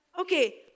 Okay